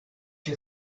you